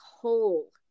whole